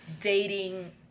dating